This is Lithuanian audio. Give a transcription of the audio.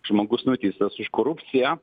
žmogus nuteistas už korupciją